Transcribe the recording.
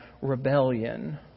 rebellion